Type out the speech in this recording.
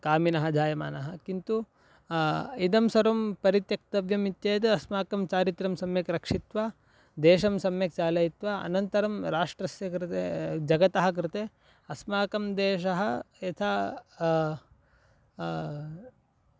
कामिनः जायमानाः किन्तु इदं सर्वं परित्यक्तव्यम् इति चेद् अस्माकं चारित्र्यं सम्यक् रक्षित्वा देशं सम्यक् चालयित्वा अनन्तरं राष्ट्रस्य कृते जगतः कृते अस्माकं देशः यथा